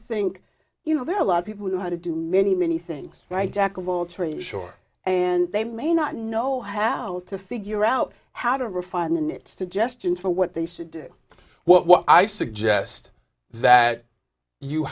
think you know there are a lot of people who know how to do many many things right jack of all trades sure and they may not know how to figure out how to refine and suggestions for what they should do what i suggest that you